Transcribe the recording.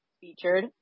featured